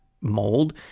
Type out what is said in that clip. mold